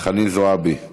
חנין זועבי,